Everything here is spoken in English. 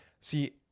See